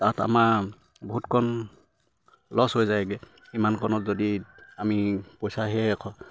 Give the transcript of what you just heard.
তাত আমাৰ বহুত কণ লছ হৈ যায়গে ইমানকনত যদি আমি পইচা সেয়ে আক